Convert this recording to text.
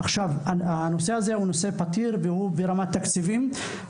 הנושא הזה הוא פתיר וזה ברמת תקציבים.